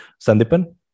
Sandipan